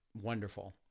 wonderful